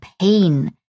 pain